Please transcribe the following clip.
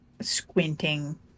squinting